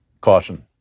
Caution